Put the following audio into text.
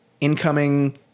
incoming